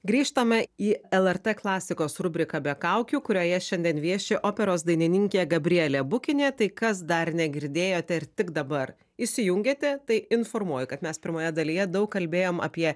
grįžtame į lrt klasikos rubrika be kaukių kurioje šiandien vieši operos dainininkė gabrielė bukinė tai kas dar negirdėjote ir tik dabar įsijungėte tai informuoju kad mes pirmoje dalyje daug kalbėjom apie